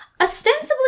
ostensibly